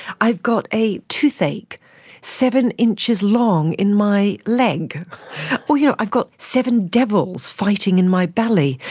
i've got a toothache seven inches long in my leg or you know i've got seven devils fighting in my belly.